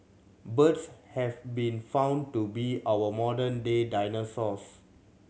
birds have been found to be our modern day dinosaurs